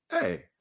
Hey